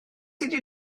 ydy